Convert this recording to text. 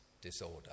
disorder